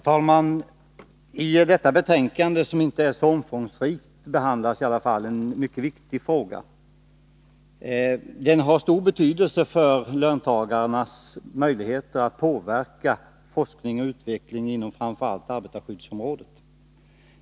Herr talman! Detta betänkande är inte särskilt omfångsrikt, men där behandlas en mycket viktig fråga. Den har stor betydelse för löntagarnas möjligheter att påverka forskning och utveckling inom framför allt arbetarskyddsområdet.